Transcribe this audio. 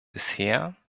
bisher